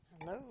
Hello